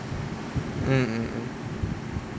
mm mm mm